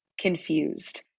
confused